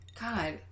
god